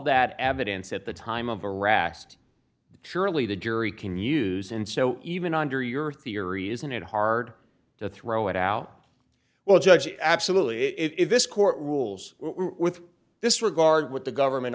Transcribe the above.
that evidence at the time of iraq surely the jury can use and so even under your theory isn't it hard to throw it out well judge absolutely if this court rules with this regard what the government